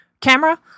camera